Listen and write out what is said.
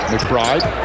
McBride